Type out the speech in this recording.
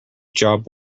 job